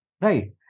Right